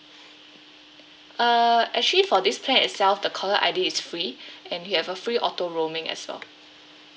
uh actually for this plan itself the caller I_D is free and you have a free auto roaming as well